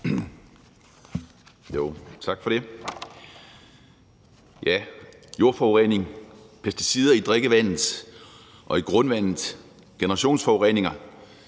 Tak for det. Jordforurening, pesticider i drikkevandet og i grundvandet og generationsforureninger